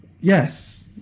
Yes